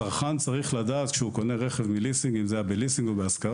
כשהצרכן קונה רכב מליסינג הוא צריך לדעת אם הרכב היה בליסינג או בהשכרה?